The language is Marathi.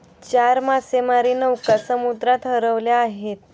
चार मासेमारी नौका समुद्रात हरवल्या आहेत